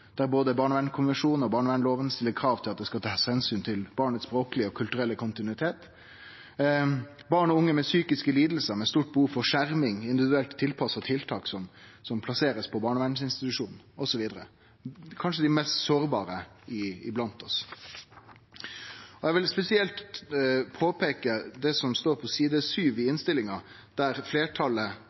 der både barnevernskonvensjonen og barnevernsloven stiller krav til at det skal bli tatt omsyn til den språklege og kulturelle kontinuiteten til barnet barn og unge med psykiske lidingar, med stort behov for skjerming og individuelt tilpassa tiltak, som blir plasserte på barnevernsinstitusjonar, og så vidare – kanskje dei mest sårbare iblant oss Eg vil spesielt peike på det som står på side sju i innstillinga, der fleirtalet